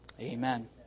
Amen